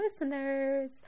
listeners